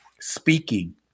speaking